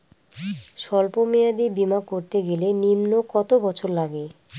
সল্প মেয়াদী বীমা করতে গেলে নিম্ন কত বছর লাগে?